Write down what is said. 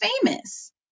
famous